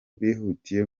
bihutiye